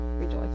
rejoice